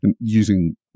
using